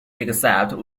except